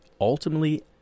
ultimately